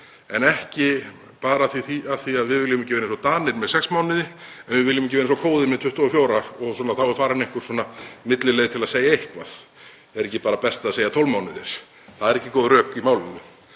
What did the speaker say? en ekki bara af því að við viljum ekki vera eins og Danir með sex mánuði og við viljum ekki vera eins og Kóðinn með 24 og þá er farin einhver millileið til að segja eitthvað; er ekki bara best að segja 12 mánuðir? Það eru ekki góð rök í málinu.